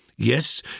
Yes